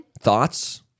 Thoughts